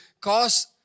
cause